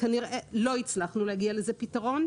לא הצלחנו להגיע לפתרון.